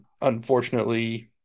unfortunately